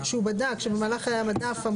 קבע את ההוראה הזאת של אפשרות לסימון,